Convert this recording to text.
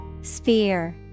Sphere